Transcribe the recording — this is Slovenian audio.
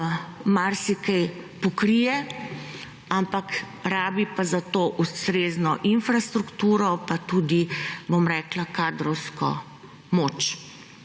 marsikaj pokrije. Ampak rabi pa zato ustrezno infrastrukturo pa tudi, bom rekla kadrovsko moč.